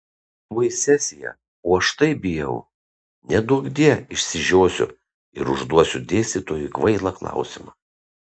tuoj sesija o aš taip bijau neduokdie išsižiosiu ir užduosiu dėstytojui kvailą klausimą